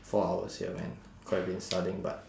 four hours here man could have been studying but